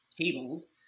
tables